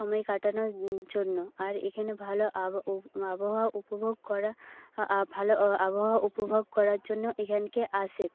সময় কাটানোর জন্য আর এখানে ভালো আবহাওয়া উপভোগ করা ভালো আবহাওয়া উপভোগ করার জন্য এখানকে আসে